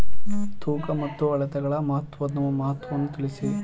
ತೂಕ ಮತ್ತು ಅಳತೆಗಳ ಮಹತ್ವವನ್ನು ತಿಳಿಸಿ?